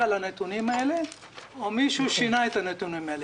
על הנתונים האלה או מישהו שינה את הנתונים האלה.